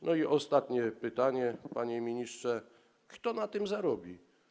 I ostatnie pytanie: Panie ministrze, kto na tym zarobi?